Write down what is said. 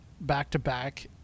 back-to-back